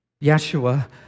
Yeshua